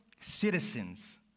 citizens